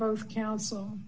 both counsel